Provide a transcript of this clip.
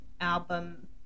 album